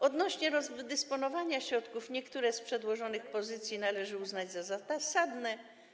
Odnośnie do rozdysponowania środków niektóre z przedłożonych pozycji należy uznać za zasadne.